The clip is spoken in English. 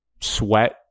sweat